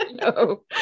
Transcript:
no